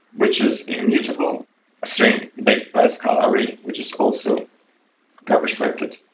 which is immutable string by by scala array, which is also garbage collected,